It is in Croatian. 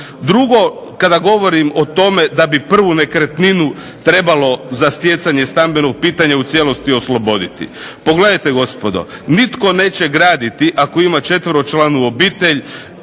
Drugo, kada govorim o tome da bi prvu nekretninu trebalo za stjecanje stambenog pitanja u cijelosti osloboditi. Pogledajte gospodo, nitko neće graditi ako ima četveročlanu obitelj